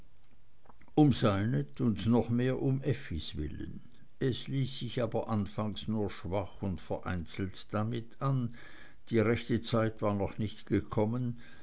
um seinet und noch mehr um effis willen es ließ sich aber anfangs nur schwach und vereinzelt damit an die rechte zeit war noch nicht gekommen